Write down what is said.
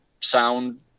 sound